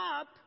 up